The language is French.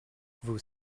vous